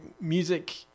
music